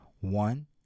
One